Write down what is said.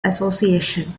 association